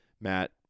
Matt